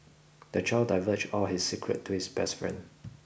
the child diverged all his secret to his best friend